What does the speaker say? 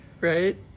Right